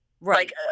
Right